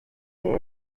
der